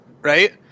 right